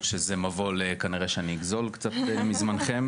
שזה מבוא שכנראה שאני אגזול קצת מזמנכם...